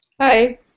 Hi